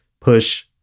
push